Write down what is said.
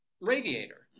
radiator